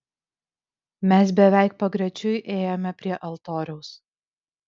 mes beveik pagrečiui ėjome prie altoriaus